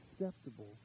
acceptable